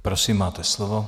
Prosím, máte slovo.